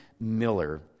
Miller